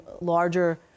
larger